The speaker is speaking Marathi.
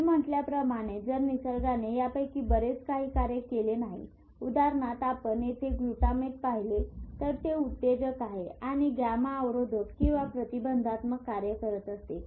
मी म्हटल्याप्रमाणे जर निसर्गाने यापैकी बरेच काही कार्य केले नाही उदा आपण येथे ग्लूटामेट पाहिले तर ते उत्तेजक आहे आणि गॅमा अवरोधक किंवा प्रतिबंधात्मक कार्य करत असते